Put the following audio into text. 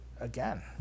again